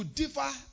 differ